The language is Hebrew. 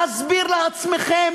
להסביר לעצמכם,